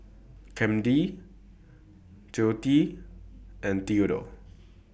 Camden Joette and Theadore